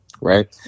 right